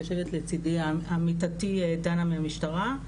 יושבת לצידי עמיתתי דנה מהמשטרה.